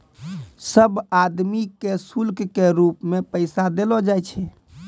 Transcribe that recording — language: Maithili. सब आदमी के शुल्क के रूप मे पैसा देलो जाय छै